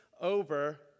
over